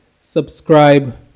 subscribe